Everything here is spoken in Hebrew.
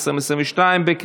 13 בעד, אין מתנגדים.